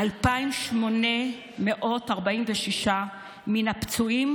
2,846 מן הפצועים